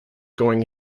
going